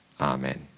Amen